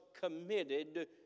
committed